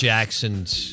Jackson's